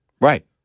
Right